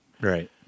right